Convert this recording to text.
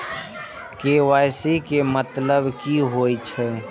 KYC के मतलब की होई छै?